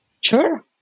Sure